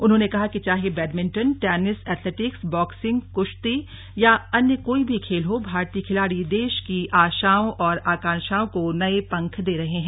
उन्होंने कहा कि चाहे बैडमिंटन टेनिस एथलेटिक्स बॉक्सिंग कुश्ती या अन्य कोई भी खेल हो भारतीय खिलाड़ी देश की आशाओं और आकांक्षाओं को नये पंख दे रहे हैं